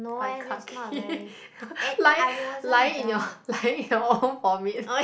by Clarke Quay lying lying in your lying in own vomit